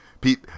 pete